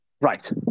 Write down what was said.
Right